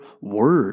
word